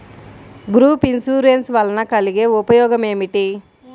Group insurance వలన కలిగే ఉపయోగమేమిటీ?